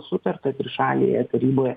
sutarta trišalėje taryboje